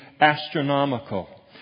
astronomical